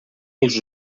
els